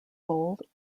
gold